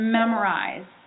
memorize